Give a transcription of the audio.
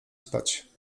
spać